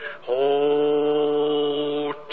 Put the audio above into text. Hold